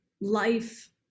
life